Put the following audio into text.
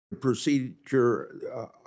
procedure